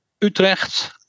Utrecht